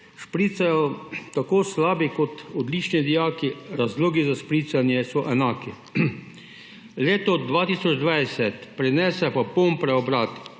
Špricajo tako slabi kot odlični dijaki, razlogi za špricanje so enaki. Leto 2020 prinese popoln preobrat.